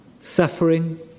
suffering